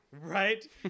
Right